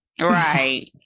Right